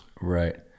Right